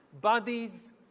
bodies